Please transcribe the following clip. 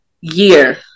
year